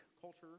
culture